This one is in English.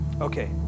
Okay